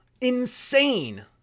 insane